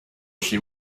she